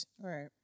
Right